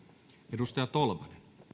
arvoisa herra